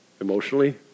emotionally